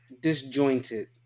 disjointed